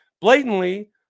blatantly